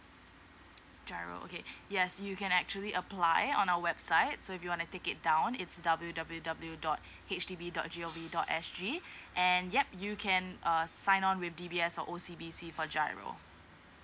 giro okay yes you can actually apply on our website so if you wanna take it down it's W W W dot H D B dot G O V dot S G and yup you can uh sign on witH_D_B S or O C B C for giro